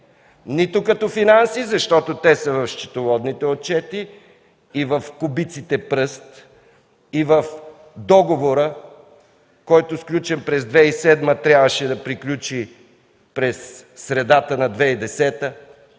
като финанси, защото те са в счетоводните отчети и в кубиците пръст, и в договора, който е сключен през 2007 г., а трябваше да приключи през средата на 2010